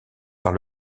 par